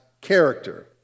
character